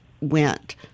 went